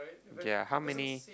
there are how many